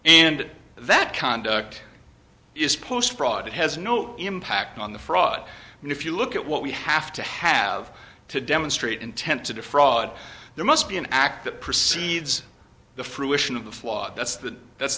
and that conduct is post fraud it has no impact on the fraud and if you look at what we have to have to demonstrate intent to defraud there must be an act that precedes the fruition of the flaw that's the that's